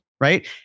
right